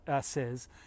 says